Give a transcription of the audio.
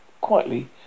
quietly